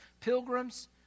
pilgrims